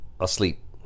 asleep